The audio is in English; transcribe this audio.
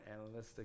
analytic